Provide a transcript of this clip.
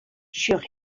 sjoch